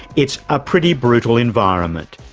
it's a pretty brutal environment.